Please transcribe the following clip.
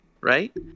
right